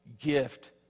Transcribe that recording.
gift